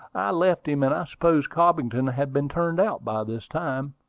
left him and i suppose cobbington has been turned out by this time.